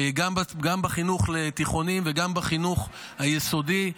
גם בחינוך לתיכונים וגם בחינוך היסודי.